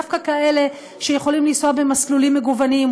דווקא כאלה שיכולים לנסוע במסלולים מגוונים,